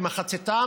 מחציתם,